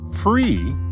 free